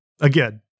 Again